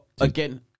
again